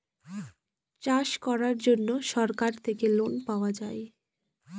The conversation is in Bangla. চাষ করার জন্য সরকার থেকে লোন পাওয়া যায়